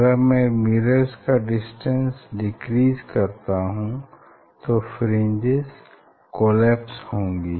अगर मैं मिरर्स का डिस्टेंस डिक्रीज़ करता हूँ तो फ्रिंजेस कोलैप्स होंगी